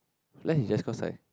you like his dress code eh